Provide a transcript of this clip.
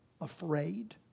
afraid